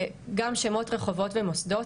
גם שמות רחובות ומוסדות.